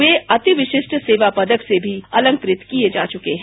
वे अति विशिष्ट सेवा पदक से भी अलंकृत किये जा चुके हैं